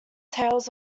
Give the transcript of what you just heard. tales